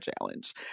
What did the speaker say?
challenge